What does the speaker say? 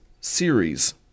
Series